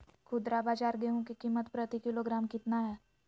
खुदरा बाजार गेंहू की कीमत प्रति किलोग्राम कितना है?